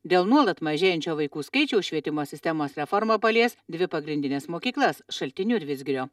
dėl nuolat mažėjančio vaikų skaičiaus švietimo sistemos reforma palies dvi pagrindines mokyklas šaltiniu ir vidzgirio